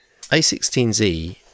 A16Z